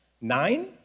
Nine